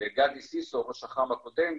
גדי סיסו, ראש אח"מ הקודם,